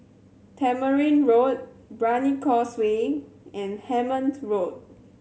Tamarind Road Brani Causeway and Hemmant Road